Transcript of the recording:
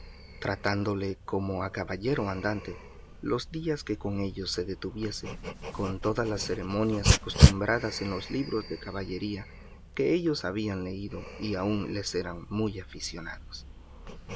tratándole como a caballero andante los días que con ellos se detuviese con todas las ceremonias acostumbradas en los libros de caballerías que ellos habían leído y aun les eran muy aficionados